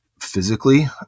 physically